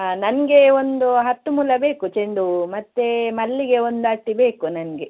ನನಗೆ ಒಂದು ಹತ್ತು ಮೊಳ ಬೇಕು ಚೆಂಡು ಹೂವು ಮತ್ತು ಮಲ್ಲಿಗೆ ಒಂದು ಅಟ್ಟಿ ಬೇಕು ನನಗೆ